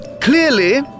clearly